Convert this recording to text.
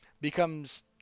Becomes